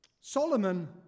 Solomon